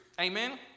Amen